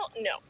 no